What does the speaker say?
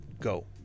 go